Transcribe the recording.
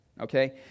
okay